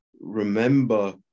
remember